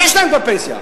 ויש להם כבר פנסיה.